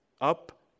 up